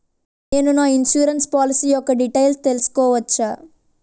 నేను నా insurance policy యెక్క డీటైల్స్ తెల్సుకోవచ్చా?